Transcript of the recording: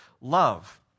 love